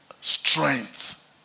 strength